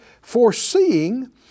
foreseeing